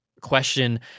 question